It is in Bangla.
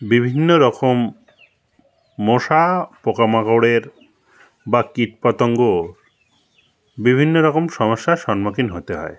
বিভিন্ন রকম মশা পোকামাকড়ের বা কীটপতঙ্গও বিভিন্ন রকম সমস্যার সম্মুখীন হতে হয়